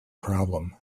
problem